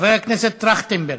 חבר הכנסת טרכטנברג,